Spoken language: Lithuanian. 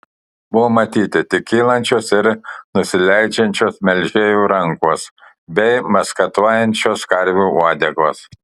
buvo matyti tik kylančios ir nusileidžiančios melžėjų rankos bei maskatuojančios karvių uodegos